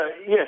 yes